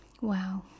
Wow